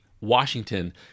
Washington